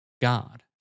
God